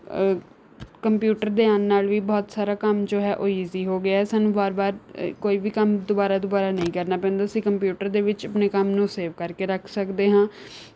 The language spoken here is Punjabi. ਕੰਪਿਊਟਰ ਦੇ ਆਉਣ ਨਾਲ ਵੀ ਬਹੁਤ ਸਾਰਾ ਕੰਮ ਜੋ ਹੈ ਉਹ ਈਜ਼ੀ ਹੋ ਗਿਆ ਹੈ ਸਾਨੂੰ ਵਾਰ ਵਾਰ ਕੋਈ ਵੀ ਕੰਮ ਦੁਬਾਰਾ ਦੁਬਾਰਾ ਨਹੀਂ ਕਰਨਾ ਪੈਂਦਾ ਅਸੀ ਕੰਪਿਊਟਰ ਦੇ ਵਿੱਚ ਆਪਣੇ ਕੰਮ ਨੂੰ ਸੇਵ ਕਰਕੇ ਰੱਖ ਸਕਦੇ ਹਾਂ